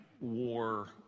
war